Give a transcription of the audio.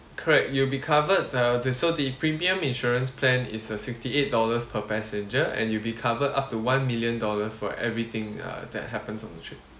correct you'll be covered the so the premium insurance plan is a sixty eight dollars per passenger and you'll be covered up to one million dollars for everything uh that happens on the trip